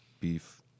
beef